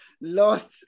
lost